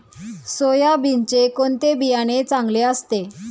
सोयाबीनचे कोणते बियाणे चांगले असते?